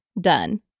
done